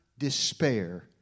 despair